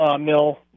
mill